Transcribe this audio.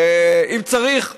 ואם צריך,